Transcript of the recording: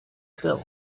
still